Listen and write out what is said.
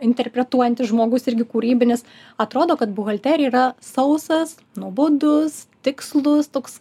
interpretuojantis žmogus irgi kūrybinis atrodo kad buhalterija yra sausas nuobodus tikslus toks